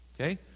Okay